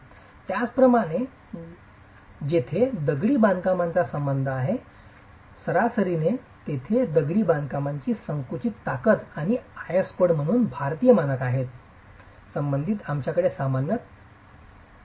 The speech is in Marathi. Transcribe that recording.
त्याचप्रमाणे जेथे दगडी बांधकामाचा संबंध आहे पदनाम सरासरीने येते दगडी बांधकामाची संकुचित ताकद आणि आयएस कोड म्हणून भारतीय मानक आहेत संबंधित आमच्याकडे सामान्यत 3